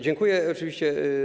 Dziękuję oczywiście.